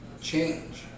change